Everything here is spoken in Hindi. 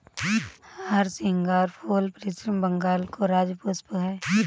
हरसिंगार फूल पश्चिम बंगाल का राज्य पुष्प है